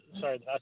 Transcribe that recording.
Sorry